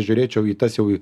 žiūrėčiau į tas jau į